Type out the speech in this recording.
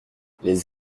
les